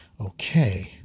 Okay